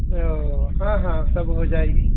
ہاں ہاں سب ہو جائے گی